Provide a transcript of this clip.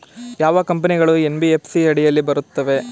ಯಾವ ಕಂಪನಿಗಳು ಎನ್.ಬಿ.ಎಫ್.ಸಿ ಅಡಿಯಲ್ಲಿ ಬರುತ್ತವೆ?